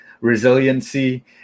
resiliency